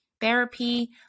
therapy